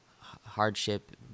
hardship